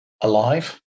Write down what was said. alive